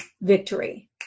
victory